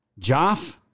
Joff